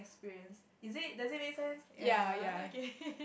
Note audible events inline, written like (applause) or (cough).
experience isn't it does it make sense ya okay (laughs)